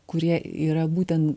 kurie yra būten